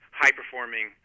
high-performing